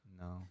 No